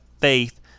faith